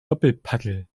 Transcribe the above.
doppelpaddel